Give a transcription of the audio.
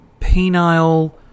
Penile